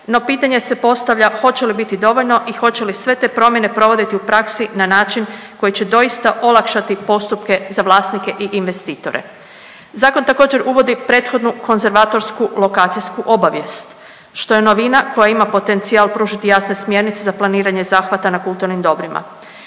no pitanje se postavlja hoće li biti dovoljno i hoće li sve te promjene provoditi u praksi na način koji će doista olakšati postupke za vlasnike i investitore? Zakon također uvodi prethodnu konzervatorsku lokacijsku obavijest što je novina koja ima potencijal pružiti jasne smjernice za planiranje zahvata na kulturnim dobrima.